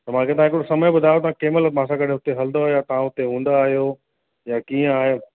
त मूंखे तव्हां हिकिड़ो समय ॿुधायो तव्हां कंहिं महिल मांसां गॾु हुते हलंदव या तव्हां हुते हूंदा आहियो या कीअं आहे